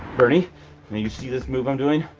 bernie you see this move i'm doing?